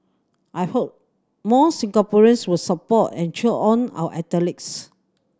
I hope more Singaporeans will support and cheer on our athletes